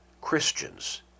christians